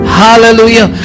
hallelujah